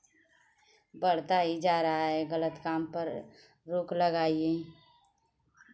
बढ़ता ही जा रहा है गलत काम पर रोक लगाइए